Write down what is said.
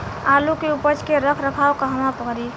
आलू के उपज के रख रखाव कहवा करी?